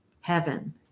heaven